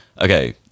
okay